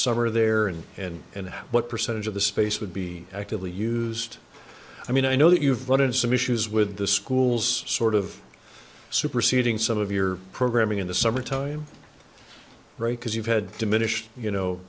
summer there and and and what percentage of the space would be actively used i mean i know that you've learned some issues with the schools sort of superseding some of your programming in the summertime right because you've had diminished you know